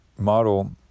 Model